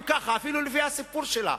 אם כך, אפילו לפי הסיפור שלה,